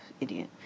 Idiot